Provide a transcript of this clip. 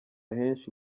henshi